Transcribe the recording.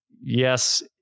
yes